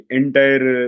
entire